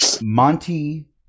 Monty